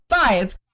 five